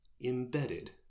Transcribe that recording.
embedded